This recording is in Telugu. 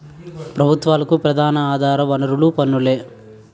ప్రభుత్వాలకు ప్రధాన ఆధార వనరులు పన్నులే